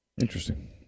Interesting